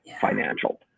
financial